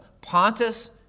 Pontus